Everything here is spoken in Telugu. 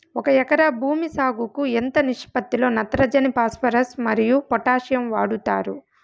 ఒక ఎకరా భూమి సాగుకు ఎంత నిష్పత్తి లో నత్రజని ఫాస్పరస్ మరియు పొటాషియం వాడుతారు